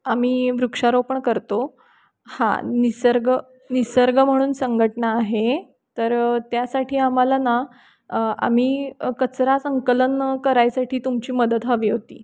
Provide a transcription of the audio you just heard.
आम्ही वृक्षारोपण करतो हां निसर्ग निसर्ग म्हणून संघटना आहे तर त्यासाठी आम्हाला ना आम्ही कचरा संकलन करण्यासाठी तुमची मदत हवी होती